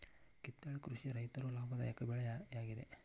ಕಿತ್ತಳೆ ಕೃಷಿಯ ರೈತರು ಲಾಭದಾಯಕ ಬೆಳೆ ಯಾಗಿದೆ